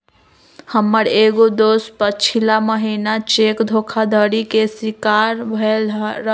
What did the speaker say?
हमर एगो दोस पछिला महिन्ना चेक धोखाधड़ी के शिकार भेलइ र